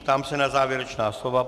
Ptám se na závěrečná slova.